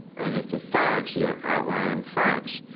and if the facts, the ah outlined facts,